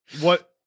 What-